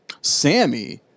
Sammy